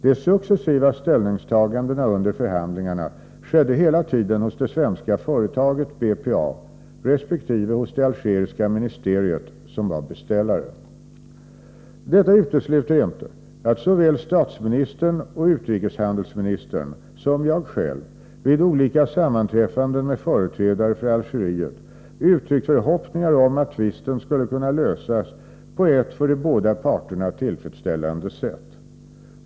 De successiva ställningstagandena under förhandlingarna skedde hela tiden hos det svenska företaget BPA resp. hos det algeriska ministeriet, som var beställare. Detta utesluter inte att såväl statsministern och utrikeshandelsministern som jag själv vid olika sammanträffanden med företrädare för Algeriet uttryckt förhoppningar om att tvisten skulle kunna lösas på ett för de båda parterna tillfredsställande sätt.